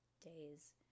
days